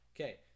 Okay